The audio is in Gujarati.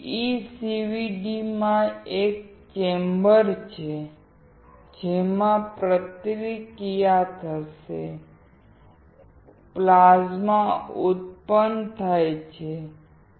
PECVD માં એક ચેમ્બર છે જેમાં પ્રતિક્રિયા થશે પ્લાઝ્મા ઉત્પન્ન થાય છે